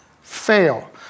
fail